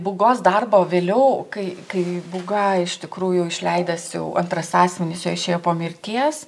būgos darbo vėliau kai kai būga iš tikrųjų išleidęs jau antras sąsiuvinis jo išėjo po mirties